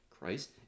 Christ